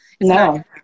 No